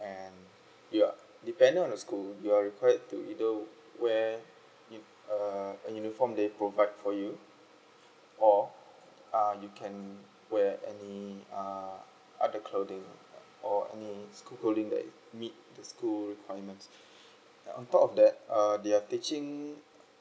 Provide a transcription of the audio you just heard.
and you uh depend on the school you're required to either wear ne~ uh uniform they provide for you or uh you can wear any uh other clothing or any school thing that need the school requirement and on top of that uh they are teaching